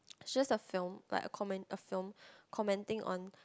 it's just a film like a commen~ a film commenting on